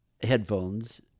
headphones